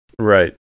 Right